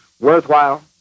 worthwhile